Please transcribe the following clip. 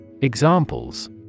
Examples